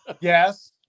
Yes